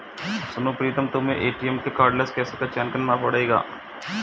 सुनो प्रीतम तुम्हें एटीएम में कार्डलेस कैश का चयन करना पड़ेगा